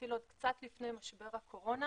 שהתחיל קצת לפני משבר הקורונה